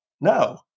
No